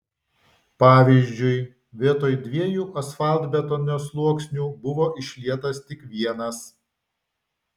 pavyzdžiui vietoj dviejų asfaltbetonio sluoksnių buvo išlietas tik vienas